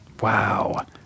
Wow